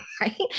right